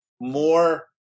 more